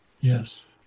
yes